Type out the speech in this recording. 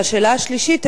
והשאלה השלישית,